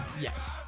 yes